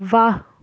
वाह